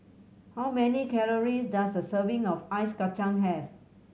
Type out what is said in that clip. how many calories does a serving of Ice Kachang have